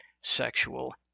sexual